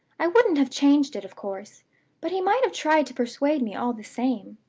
i wouldn't have changed it, of course but he might have tried to persuade me all the same.